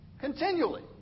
continually